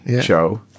show